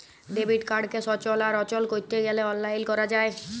debit কাড়কে সচল আর অচল ক্যরতে গ্যালে অললাইল ক্যরা যায়